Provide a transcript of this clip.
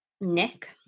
Nick